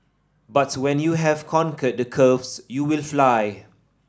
but when you have conquered the curves you will fly